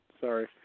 Sorry